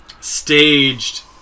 Staged